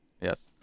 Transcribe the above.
yes